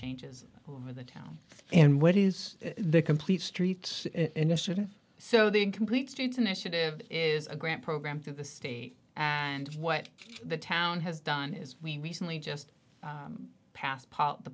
changes for the town and what is the complete streets initiative so the incomplete states initiative is a grant program to the state and what the town has done is we recently just